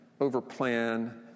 overplan